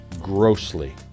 grossly